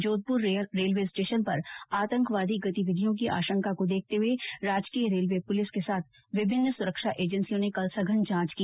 Jodhpur railway station पर आतंकवादी गतिविधियों की आशंका को देखते हुए राजकीय रेलवे पुलिस के साथ विभिन्न सुरक्षा एजेन्सियों ने कल सघन जांच की